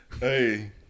Hey